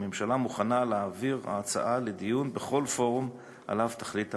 הממשלה מוכנה להעביר את ההצעה לדיון בכל פורום שעליו תחליט המליאה.